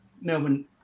melbourne